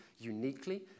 uniquely